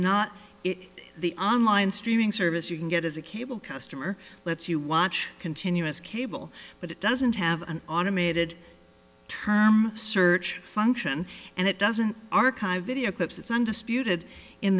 not the on line streaming service you can get as a cable customer lets you watch continuous cable but it doesn't have an automated term search function and it doesn't archive video clips it's undisputed in